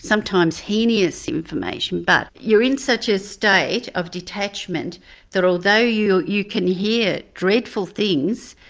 sometimes heinous information but you're in such a state of detachment that although you you can hear dreadful things,